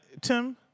tim